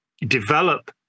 develop